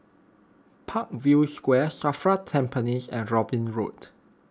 Parkview Square Safra Tampines and Robin Road